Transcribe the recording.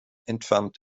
entfernt